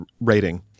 rating